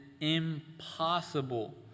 impossible